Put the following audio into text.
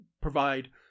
provide